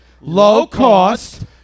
Low-cost